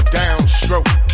downstroke